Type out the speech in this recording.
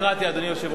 אדוני היושב-ראש.